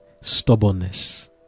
Stubbornness